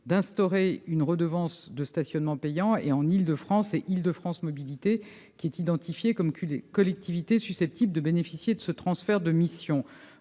d'instaurer une redevance de stationnement payant. En Île-de-France, c'est Île-de-France Mobilités qui est identifié comme collectivité susceptible de bénéficier de ce transfert de mission.